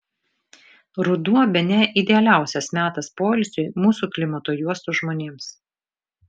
ruduo bene idealiausias metas poilsiui mūsų klimato juostos žmonėms